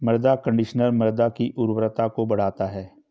मृदा कंडीशनर मृदा की उर्वरता को बढ़ाता है